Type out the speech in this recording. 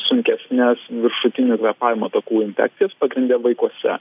sunkesnes viršutinių kvėpavimo takų infekcijas pagrinde vaikuose